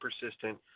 persistent